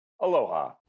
aloha